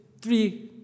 three